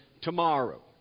tomorrow